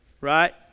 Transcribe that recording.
right